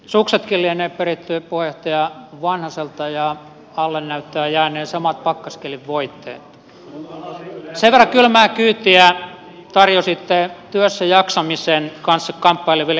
suksetkin lienee peritty puheenjohtaja vanhaselta ja alle näyttävät jääneen samat pakkaskelin voiteet sen verran kylmää kyytiä tarjositte työssäjaksamisen kanssa kamppaileville iäkkäämmille työntekijöille